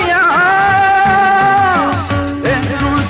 no no